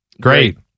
Great